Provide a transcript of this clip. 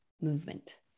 movement